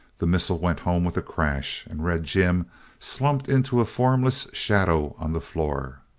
the missile went home with a crash and red jim slumped into a formless shadow on the floor.